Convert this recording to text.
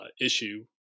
issue